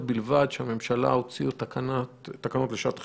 בלבד שבהן הממשלה הוציאה תקנות לשעת חירום,